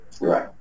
Right